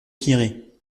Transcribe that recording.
tirée